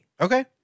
Okay